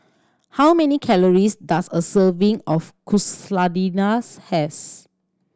how many calories does a serving of Quesadillas has